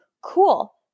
Cool